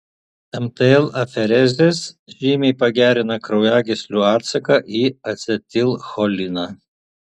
mtl aferezės žymiai pagerina kraujagyslių atsaką į acetilcholiną